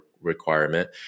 requirement